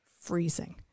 freezing